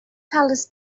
fellows